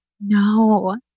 No